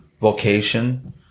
vocation